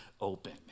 open